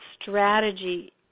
strategy